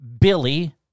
Billy